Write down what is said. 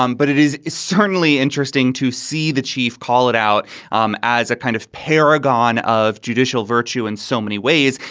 um but it is is certainly interesting to see the chief call it out um as a kind of paragon of judicial virtue in so many ways.